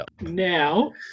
Now